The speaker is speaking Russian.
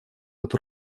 эту